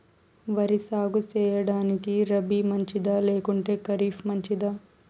వరి సాగు సేయడానికి రబి మంచిదా లేకుంటే ఖరీఫ్ మంచిదా